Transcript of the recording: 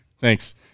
thanks